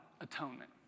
atonement